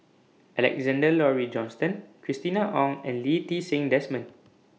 Alexander Laurie Johnston Christina Ong and Lee Ti Seng Desmond